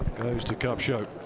goes to kupcho.